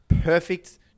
perfect